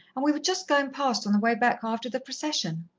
and we were just going past, on the way back after the procession.